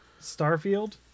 Starfield